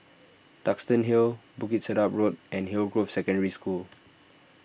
Duxton Hill Bukit Sedap Road and Hillgrove Secondary School